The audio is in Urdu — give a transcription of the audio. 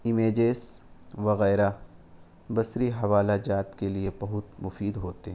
امیجز وغیرہ بصری حوالہ جات کے لیے بہت مفید ہوتے ہیں